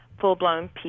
full-blown